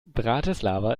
bratislava